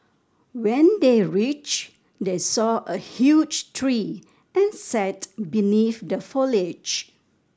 when they reached they saw a huge tree and sat beneath the foliage